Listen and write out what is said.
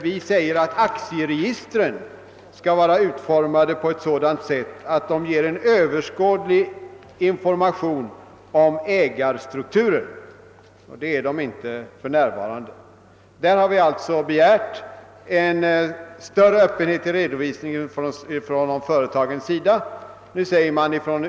Vi vill vidare att aktieregistren skall vara utformade så att de ger en överskådlig information om ägarstrukturen, vilket de inte gör för närvarande. Där har vi alltså begärt en större öppenhet i redovisningen från företagens sida.